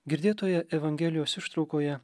girdėtoje evangelijos ištraukoje